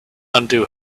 undo